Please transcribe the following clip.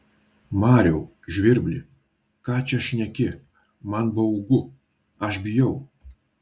mariau žvirbli ką čia šneki man baugu aš bijau